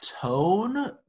tone